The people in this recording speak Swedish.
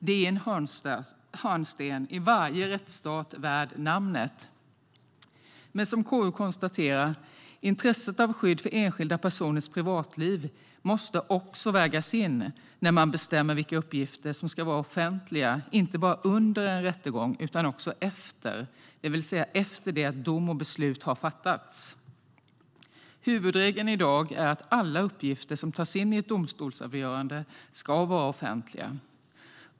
Det är en hörnsten i varje rättsstat värd namnet. Men som KU konstaterar måste också intresset av skydd för enskilda personers privatliv vägas in när man bestämmer vilka uppgifter som ska vara offentliga, inte bara under en rättegång utan också efter, det vill säga efter det att dom och beslut har fattats. Huvudregeln är i dag att alla uppgifter som tas in i ett domstolsavgörande ska vara offentliga.